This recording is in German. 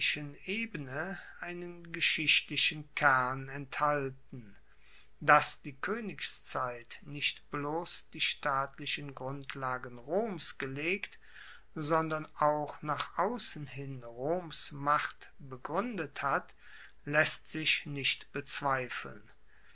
ebene einen geschichtlichen kern enthalten dass die koenigszeit nicht bloss die staatlichen grundlagen roms gelegt sondern auch nach aussen hin roms macht begruendet hat laesst sich nicht bezweifeln